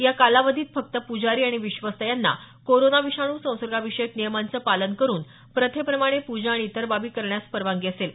या कालावधीत फक्त पुजारी आणि विश्वस्त यांना कोरोना विषाणू संसर्गविषयक नियमाचं पालन करून प्रथेप्रमाणे प्रजा आणि इतर बाबी करण्यास परवानगी असेल